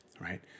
Right